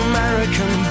American